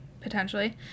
potentially